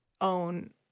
own